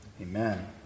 Amen